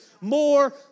more